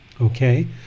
Okay